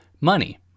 money